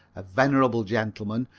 a venerable gentleman,